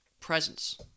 presence